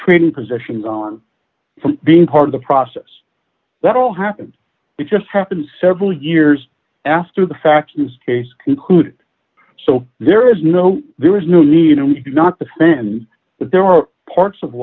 training positions on being part of the process that all happened it just happened several years after the fact this case concluded so there is no there is no need and we do not defend but there are parts of